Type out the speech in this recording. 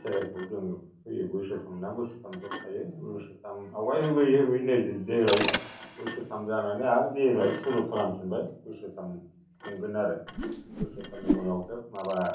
खेरायखौ जोङो होयो बोसोरथाम होना बोसोरथाम द्रफ थायो बोसोरथाम आवगाय होबोयै होबोयै नै देग्लाइ बोसोरथाम जानानै आरो देग्लाय सुरु खालामफिनबाय बोसोरथाम खुंगोन आरो बोसोरथामनि उनावसो माबा